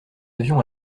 avion